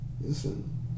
Listen